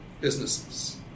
businesses